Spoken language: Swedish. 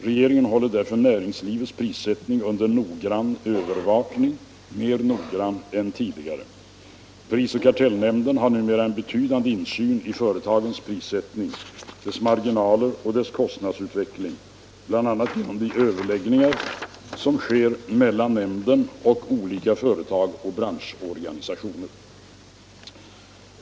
Regeringen håller därför näringslivets prissättning under noggrannare övervakning än någonsin tidigare. Prisoch kartellnämnden har numera en betydande insyn i företagens prissättning, marginaler och kostnadsutveckling, bl.a. genom de överläggningar som sker mellan nämnden och olika företag och branschorganisationer.